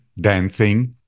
dancing